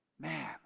Man